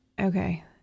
okay